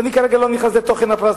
ואני כרגע לא נכנס לתוכן הפרס,